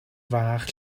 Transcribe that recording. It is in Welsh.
fach